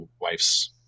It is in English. wife's